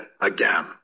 again